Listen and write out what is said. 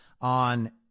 on